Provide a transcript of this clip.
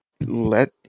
let